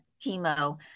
chemo